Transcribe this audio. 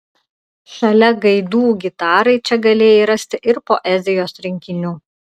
šalia gaidų gitarai čia galėjai rasti ir poezijos rinkinių